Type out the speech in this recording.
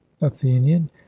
athenian